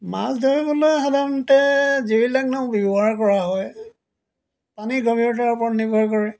মাছ ধৰিবলৈ সাধাৰণতে যিবিলাক নাও ব্যৱহাৰ কৰা হয় পানীৰ গভীৰতাৰ ওপৰত নিৰ্ভৰ কৰে